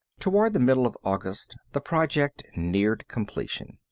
toward the middle of august the project neared completion.